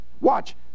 Watch